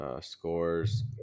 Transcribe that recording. scores